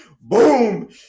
boom